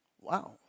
Wow